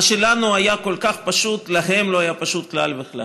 מה שלנו היה כל כך פשוט להם לא היה פשוט כלל וכלל.